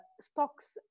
stocks